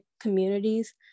communities